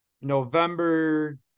November